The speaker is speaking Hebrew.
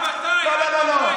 אתה לא מתבייש,